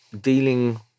dealing